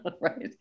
right